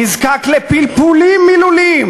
נזקק לפלפולים מילוליים,